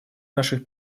наших